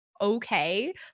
Okay